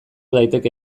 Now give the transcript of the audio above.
daiteke